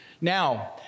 Now